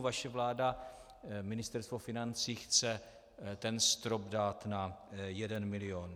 Vaše vláda, Ministerstvo financí, chce ten strop dát na jeden milion.